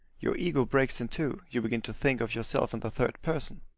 your ego breaks in two you begin to think of yourself in the third person.